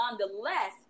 nonetheless